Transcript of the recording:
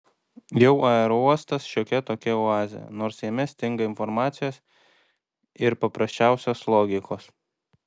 jau aerouostas šiokia tokia oazė nors jame stinga informacijos ir paprasčiausios logikos